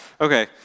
Okay